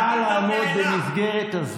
נא לעמוד, בבקשה, במסגרת,